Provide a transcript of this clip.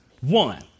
One